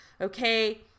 okay